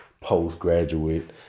postgraduate